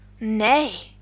Nay